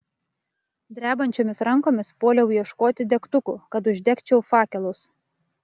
drebančiomis rankomis puoliau ieškoti degtukų kad uždegčiau fakelus